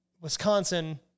Wisconsin